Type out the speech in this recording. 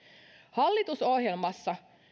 hallitusohjelmassa